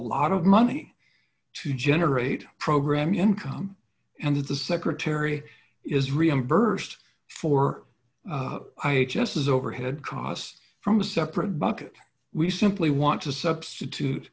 lot of money to generate program income and that the secretary is reimbursed for just as overhead costs from a separate bucket we simply want to substitute